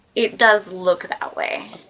it does look that way,